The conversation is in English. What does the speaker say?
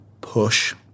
push